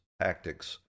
tactics